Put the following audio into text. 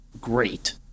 great